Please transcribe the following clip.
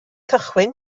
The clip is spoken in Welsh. cychwyn